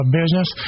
business